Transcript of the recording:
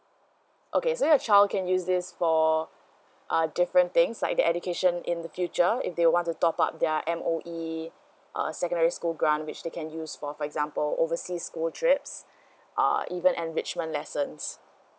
okay so your child can use these for uh different things like the education in the future if they want to top up their M_O_E uh secondary school grant which they can use for for example oversea school trips uh even enrichment lessons